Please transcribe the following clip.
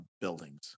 buildings